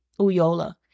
Uyola